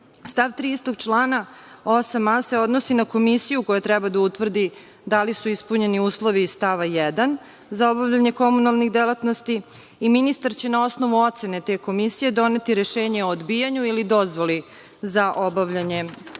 3. istog člana 8a se odnosi na komisiju koja treba da utvrdi da li su ispunjeni uslovi iz stava 1. za obavljanje komunalnih delatnosti i ministar će na osnovu ocene te komisije doneti rešenje o odbijanju ili dozvoli za obavljanje ove delatnosti.